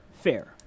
fair